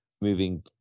moving